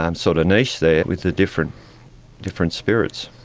um sort of niche there with the different different spirits.